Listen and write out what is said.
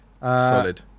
Solid